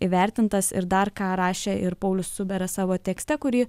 įvertintas ir dar ką rašė ir paulius cubera savo tekste kurį